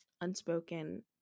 unspoken